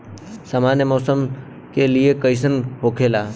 सामान्य मौसम फसल के लिए कईसन होखेला?